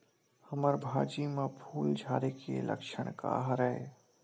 हमर भाजी म फूल झारे के लक्षण का हरय?